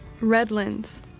Redlands